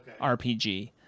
RPG